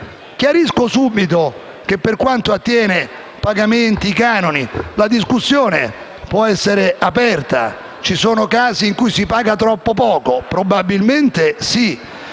Chiarisco subito che, per quanto riguarda pagamenti e canoni, la discussione può essere aperta. Ci sono casi in cui si paga troppo poco? Probabilmente sì.